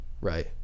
right